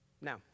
Now